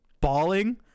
bawling